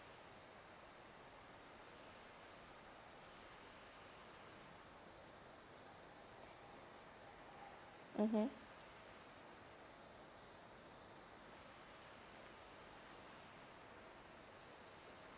mmhmm